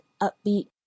upbeat